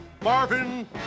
Marvin